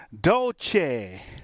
Dolce